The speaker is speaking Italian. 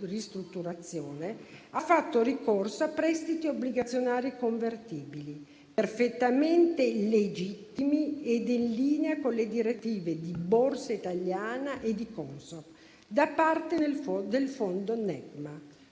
ristrutturazione, ha fatto ricorso a prestiti obbligazionari convertibili, perfettamente legittimi e in linea con le direttive di Borsa Italiana e di Consob, da parte del fondo Negma;